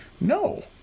no